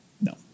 No